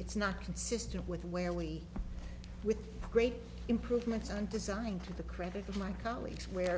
it's not consistent with where we with great improvements and designing to the credit of my colleagues where